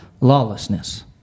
lawlessness